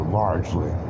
largely